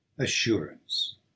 Assurance